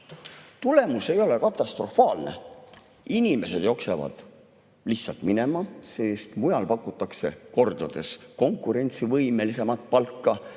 Tulemus ei ole katastrofaalne, aga inimesed jooksevad lihtsalt minema, sest mujal pakutakse kordades konkurentsivõimelisemat palka.